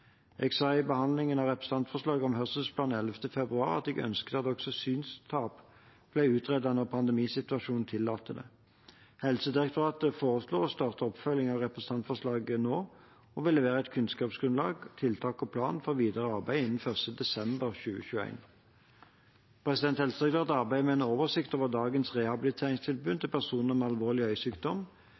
Jeg sa i behandlingen av representantforslaget om hørselsplan 11. februar at jeg ønsket at også synstap ble utredet når pandemisituasjonen tillater det. Helsedirektoratet foreslår å starte oppfølgingen av representantforslaget nå og vil levere et kunnskapsgrunnlag, tiltak og plan for videre arbeid innen 1. desember 2021. Helsedirektoratet arbeider med en oversikt over dagens rehabiliteringstilbud til personer med alvorlig